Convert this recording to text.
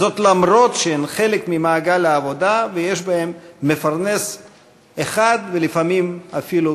אף שהן חלק ממעגל העבודה ויש בהן מפרנס אחד ולפעמים אפילו,